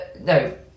No